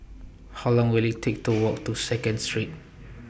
How Long Will IT Take to Walk to Second Street